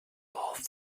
both